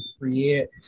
create